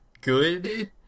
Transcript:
good